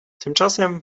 tymczasem